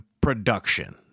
production